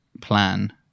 plan